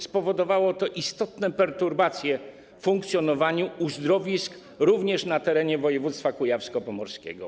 Spowodowało to istotne perturbacje w funkcjonowaniu uzdrowisk, również na terenie województwa kujawsko-pomorskiego.